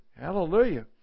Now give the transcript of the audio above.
Hallelujah